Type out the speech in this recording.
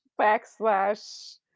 backslash